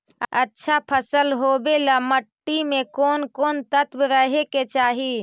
अच्छा फसल होबे ल मट्टी में कोन कोन तत्त्व रहे के चाही?